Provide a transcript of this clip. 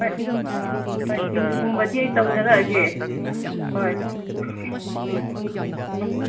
ꯍꯣꯏ ꯍꯣꯏ ꯁꯤꯡꯖꯨꯒꯨꯝꯕꯗꯤ ꯑꯩ ꯇꯧꯖꯔꯛꯑꯒꯦ ꯍꯣꯏ ꯎꯝ ꯎꯝ